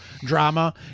drama